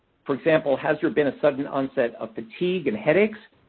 for example, has there been a sudden onset of fatigue and headaches?